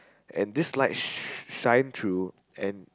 and this light sh~ shine through and